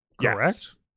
Correct